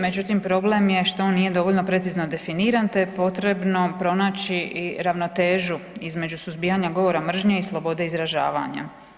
Međutim, problem je što on nije dovoljno precizno definiran te je potrebno pronaći i ravnotežu između suzbijanja govora mržnje i slobode izražavanja.